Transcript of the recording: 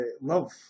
love